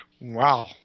Wow